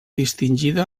distingida